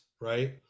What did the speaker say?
right